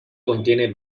contiene